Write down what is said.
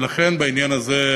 ולכן בעניין הזה,